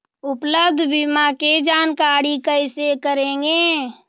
उपलब्ध बीमा के जानकारी कैसे करेगे?